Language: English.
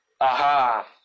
aha